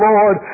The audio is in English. Lord